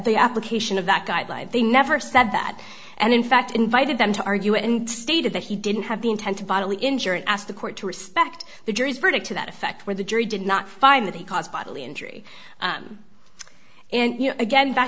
the application of that guideline they never said that and in fact invited them to argue and stated that he didn't have the intent to bodily injury and asked the court to respect the jury's verdict to that effect where the jury did not find that he caused partly injury and again back